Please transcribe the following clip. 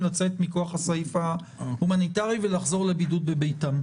לצאת מכוח הסעיף ההומניטרי ולחזור לבידוד בביתם,